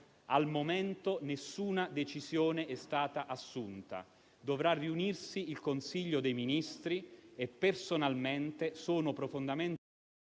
al momento nessuna decisione è stata assunta. Dovrà riunirsi il Consiglio dei ministri e personalmente sono profondamente